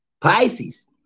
Pisces